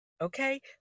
Okay